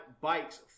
bikes